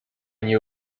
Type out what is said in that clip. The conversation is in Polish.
nie